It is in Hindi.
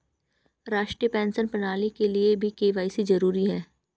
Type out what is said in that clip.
राष्ट्रीय पेंशन प्रणाली के लिए भी के.वाई.सी जरूरी है